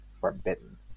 forbidden